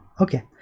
Okay